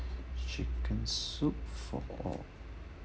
chicken soup for all